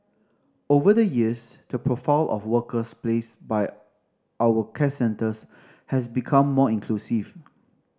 over the years the profile of workers placed by our care centres has become more inclusive